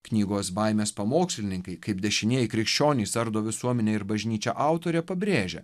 knygos baimės pamokslininkai kaip dešinieji krikščionys ardo visuomenę ir bažnyčią autorė pabrėžia